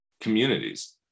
communities